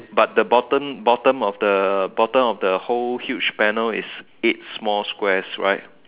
but the bottom bottom of the bottom of the whole huge panel is eight small squares right